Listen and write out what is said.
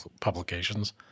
publications